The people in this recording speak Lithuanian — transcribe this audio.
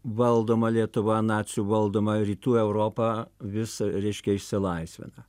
valdoma lietuva nacių valdoma rytų europa vis reiškia išsilaisvina